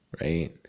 right